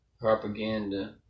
propaganda